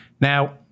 Now